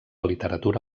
literatura